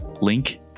Link